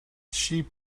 sheep